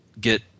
get